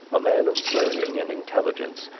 a man of learning and intelligence,